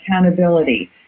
accountability